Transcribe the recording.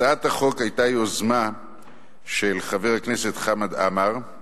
הצעת החוק היתה יוזמה של חבר הכנסת חמד עמאר,